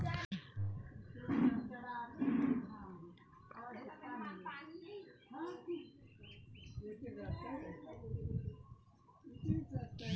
नहर के चलते गाँव गाँव मे सिंचई बर पानी पहुंचथे